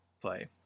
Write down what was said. play